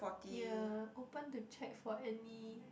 ya open to check for any